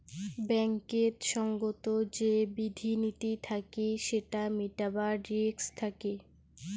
ব্যাঙ্কেত সঙ্গত যে বিধি নীতি থাকি সেটা মিটাবার রিস্ক থাকি